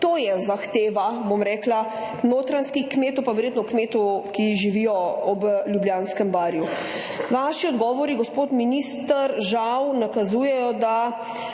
To je zahteva, bom rekla, notranjskih kmetov in verjetno kmetov, ki živijo ob Ljubljanskem barju. Vaši odgovori, gospod minister, žal nakazujejo, dabo